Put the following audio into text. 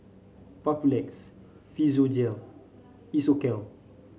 Papulex Physiogel Isocal